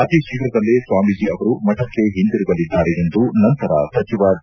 ಅತಿ ಶೀಘ್ರದಲ್ಲೇ ಸ್ವಾಮೀಜಿ ಅವರು ಮಠಕ್ಕೆ ಹಿಂತಿರುಗಲಿದ್ದಾರೆ ಎಂದು ನಂತರ ಸಚಿವ ಡಿ